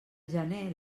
gener